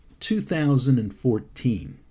2014